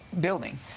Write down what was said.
building